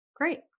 Great